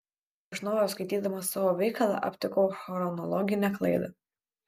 iš naujo skaitydamas savo veikalą aptikau chronologinę klaidą